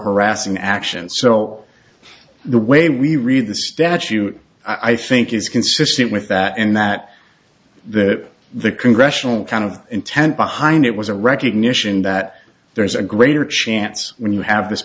harassing actions so all the way we read the statute i think is consistent with that and that that the congressional kind of intent behind it was a recognition that there's a greater chance when you have